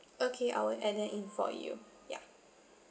okay I will add that in for you yup